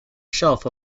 shelf